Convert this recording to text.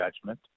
judgment